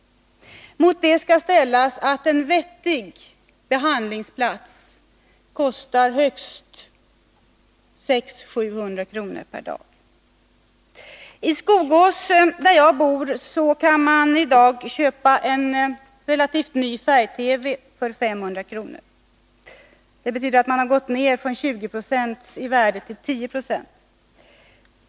Mot det skall ställas att en vettig behandlingsplats kostar högst 600-700 kr. per dag. I Skogås, där jag bor, kan man i dag köpa en relativt ny färg-TV för 500 kr. Det betyder att man har gått ned från 20 > till 10 96 av värdet.